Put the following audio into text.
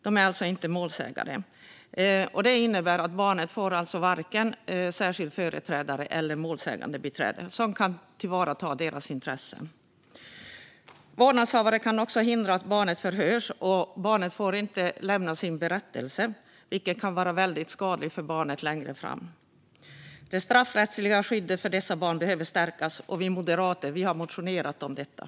De är inte målsägande, vilket innebär att de inte får vare sig en särskild företrädare eller ett målsägandebiträde som kan tillvarata deras intressen. Vårdnadshavare kan också hindra att ett barn förhörs. Barnet får då inte lämna sin berättelse, vilket kan vara väldigt skadligt för barnet längre fram. Det straffrättsliga skyddet för dessa barn behöver stärkas, och vi moderater har motionerat om detta.